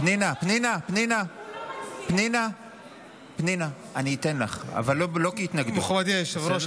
פנינה, אני אתן לך, אבל לא כהתנגדות, בסדר?